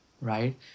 right